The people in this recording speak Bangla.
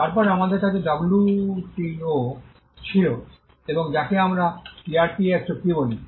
তারপরে আমাদের কাছে ডব্লিউটিও ছিল এবং যাকে আমরা টিআরআইপিএস চুক্তি বলি